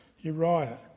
Uriah